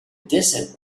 desert